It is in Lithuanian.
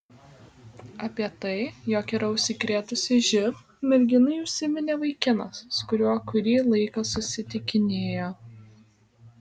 apie tai jog yra užsikrėtusi živ merginai užsiminė vaikinas su kuriuo kurį laiką susitikinėjo